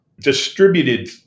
distributed